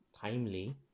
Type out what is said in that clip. timely